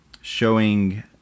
showing